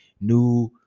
new